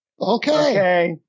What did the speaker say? Okay